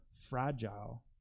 fragile